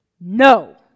no